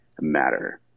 matter